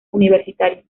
universitaria